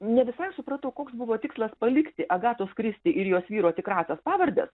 ne visai supratau koks buvo tikslas palikti agatos kristi ir jos vyro tikrąsias pavardes